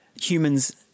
Humans